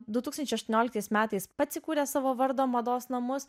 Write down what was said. du tūkstančiai aštuonioliktais metais pats įkūrė savo vardo mados namus